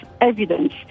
evidence